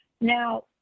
Now